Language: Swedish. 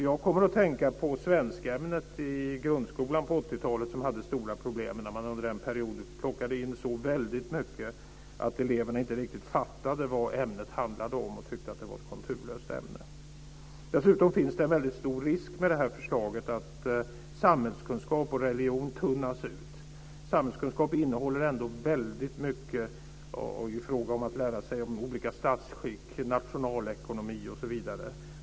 Jag kommer att tänka på svenskämnet i grundskolan, som på 80-talet hade stora problem när man under en period plockade in så väldigt mycket att eleverna inte riktigt fattade vad ämnet handlade om och tyckte att det var ett konturlöst ämne. Dessutom finns det med det här förslaget en väldigt stor risk att samhällskunskap och religion tunnas ut. Samhällskunskap innehåller ändå väldigt mycket om olika statsskick, nationalekonomi osv.